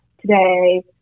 today